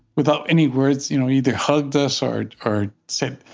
without any words, you know either hugged us or or said,